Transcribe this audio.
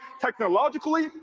technologically